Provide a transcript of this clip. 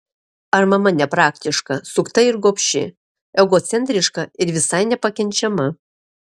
ar mama nepraktiška sukta ir gobši egocentriška ir visai nepakenčiama